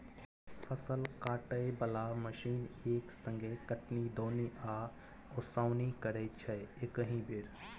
फसल काटय बला मशीन एक संगे कटनी, दौनी आ ओसौनी करय छै एकहि बेर